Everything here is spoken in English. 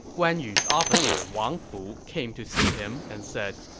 guan yu's officer wang fu came to see him and said,